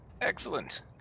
Excellent